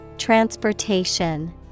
transportation